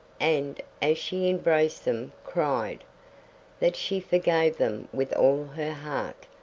and, as she embraced them, cried that she forgave them with all her heart,